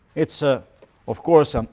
it's, ah of course um